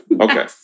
Okay